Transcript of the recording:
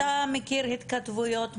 אתה לא מכיר, כי אתה מכיר התכתבויות משפטיות.